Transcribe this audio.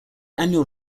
annual